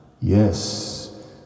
Yes